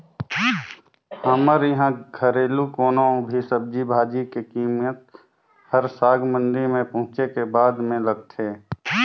हमर इहां घरेलु कोनो भी सब्जी भाजी के कीमेत हर साग मंडी में पहुंचे के बादे में लगथे